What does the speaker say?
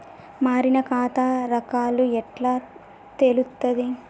మారిన ఖాతా రకాలు ఎట్లా తెలుత్తది?